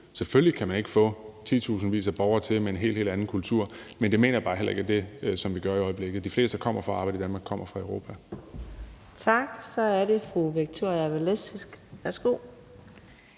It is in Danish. selvfølgelig – kan man ikke få titusindvis af borgere hertil med en helt, helt anden kultur, men det mener jeg bare heller ikke er det som vi gør i øjeblikket. De fleste, der kommer for at arbejde i Danmark, kommer fra Europa. Kl. 14:29 Fjerde næstformand (Karina